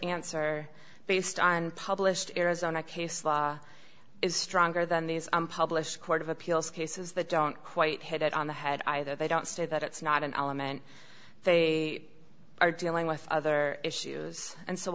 answer based on published arizona case law is stronger than these unpublished court of appeals cases that don't quite hit it on the head either they don't state that it's not an element they are dealing with other issues and so